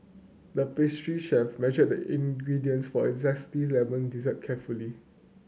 the pastry chef measured the ingredients for a zesty lemon dessert carefully